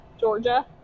Georgia